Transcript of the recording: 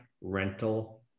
rental